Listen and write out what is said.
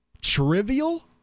Trivial